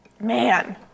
Man